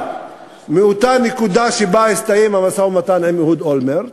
מאותה נקודה שבה הסתיים המשא-ומתן עם אהוד אולמרט,